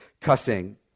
cussing